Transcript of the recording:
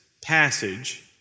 passage